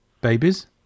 babies